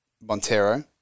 Montero